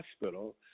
hospital